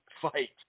fight